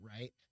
right